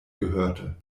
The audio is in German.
gehörte